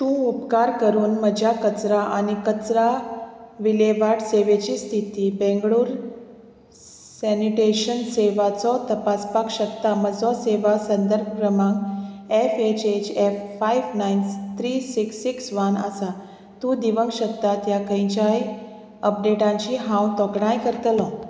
तूं उपकार करून म्हज्या कचरा आनी कचरा विलेवाट सेवेची स्थिती बेंगळूर सॅनिटेशन सेवाचो तपासपाक शकता म्हजो सेवा संदर्भ क्रमांक F H H F five nine three six six one आसा तूं दिवंक शकतात ह्या खंयच्याय अपडेटांची हांव तोखणाय करतलो